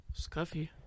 Scuffy